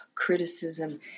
criticism